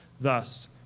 thus